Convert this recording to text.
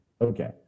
Okay